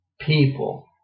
People